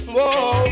Whoa